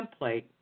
template